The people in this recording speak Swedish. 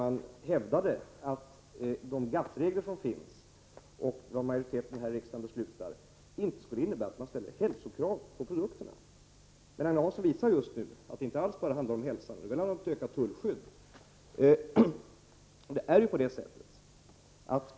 Det hävdades att de GATT-regler som finns och det som majoriteten i riksdagen beslutar inte skulle innebära att det ställs hälsokrav på produkterna. Agne Hansson visade emellertid nu med sitt inlägg att det inte enbart handlar om hälsan. Nu vill han även ha ett ökat tullskydd.